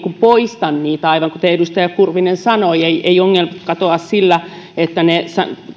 poista niitä aivan kuten edustaja kurvinen sanoi ei ei ongelma katoa sillä että ne